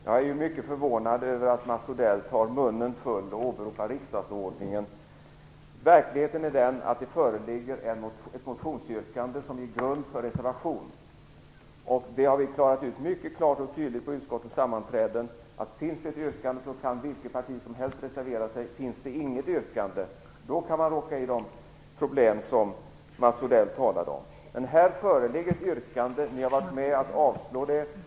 Fru talman! Jag är mycket förvånad över att Mats Odell tar munnen full och åberopar riksdagsordningen. Verkligheten är att det föreligger ett motionsyrkande som ger grund för reservation. Det har vi klarat ut mycket tydligt på utskottets sammanträden. Om det finns ett yrkande kan vilket parti som helst reservera sig. Finns det inget yrkande kan man råka i de problem som Mats Odell talar om. Här föreligger ett yrkande. Ni har varit med om att avslå det.